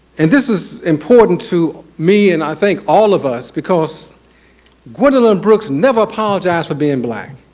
and this is important to me and i think all of us because gwendolyn brooks never apologized for being black.